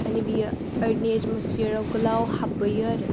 मानि बियो एदमसफेयाराव गोलाव हाबबोयो आरो